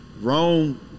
rome